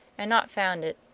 and not found it,